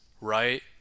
right